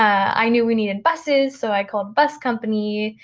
i knew we needed buses. so i called bus company.